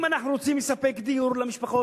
אם אנחנו רוצים לספק דיור למשפחות,